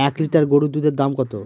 এক লিটার গরুর দুধের দাম কত?